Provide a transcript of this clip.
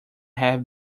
have